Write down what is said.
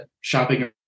shopping